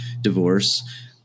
divorce